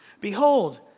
Behold